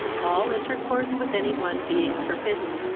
all intercourse with any one being forbidden,